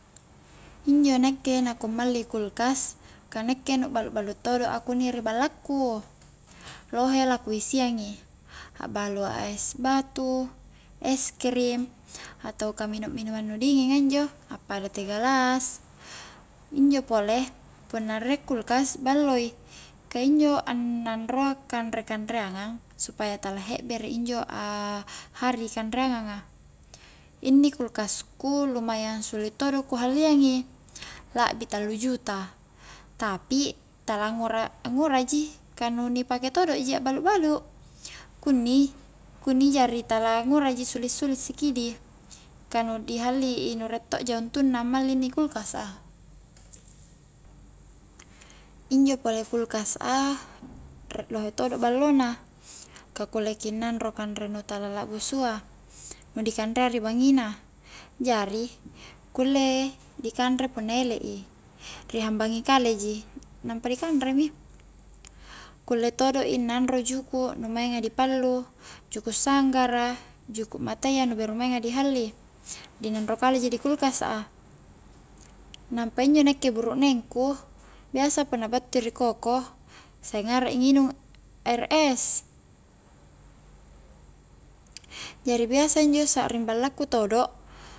Injo nakke na ku malli kulkas ka nakke nu balu-balu todo'a kunni ri ballaku lohe la ku isiangi a'balu a es batu es krim atau ka minumang-minumang nu dinginga injo appada teh gelas injo pole punna rie kulkas ballo i ka injo a nanroa kanre-kanreangang supaya tala hebbere injo a hari kanreangang a inni kulkas ku lumayang suli todo ku halliang i lakbi tallu juta tapi tala angura-ngura ji ka nu ni pake todo ji akbalu-balu kunni-kunni jari tala ngura ji suli-suli sikidi ka nu di halli i nu riek to ja untung na malli inni kulkas a injo pole kulkas a riek lohe tod ballo na ka kulle ki naanro kanre nu tala lakbusua nu di kanrea ri bangina jari kulle di kanre punna ele i ri hmbangi kale ji nampa nu kanre mi kulle todo i nanro juku nu mainga di pallu, juku' sanggara, juku' matayya nu beru mainga di halli di nanro kaeji di kulkas a nampa injo nakke burukneng ku biasa punna battu i ri koko senging arak i nginung air es jari biasa injo sa'ring balla ku todo